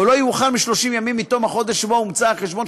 או לא יאוחר מ-30 ימים מתום החודש שבו הומצא החשבון,